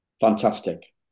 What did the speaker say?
Fantastic